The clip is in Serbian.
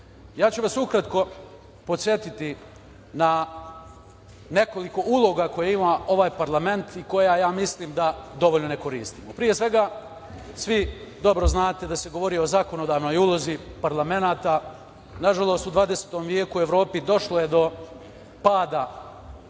ću vas ukratko podsetiti na nekoliko uloga koje ima ovaj parlament i koja, mislim, dovoljno ne koristimo. Pre svega, svi dobro znate da se govori o zakonodavnoj ulozi parlamenata. Nažalost, u 20. veku u Evropi je došlo do pada